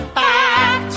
back